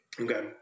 Okay